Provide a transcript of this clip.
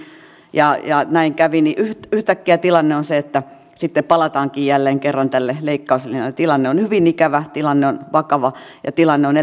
ja ja näin kävi ja yhtäkkiä tilanne on se että sitten palataankin jälleen kerran tälle leikkauslinjalle tilanne on hyvin ikävä tilanne on vakava ja tilanne on